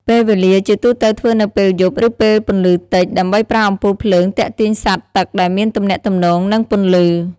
ពេលវេលា ជាទូទៅធ្វើនៅពេលយប់ ឬពេលពន្លឺតិច ដើម្បីប្រើអំពូលភ្លើងទាក់ទាញសត្វទឹកដែលមានទំនាក់ទំនងនឹងពន្លឺ។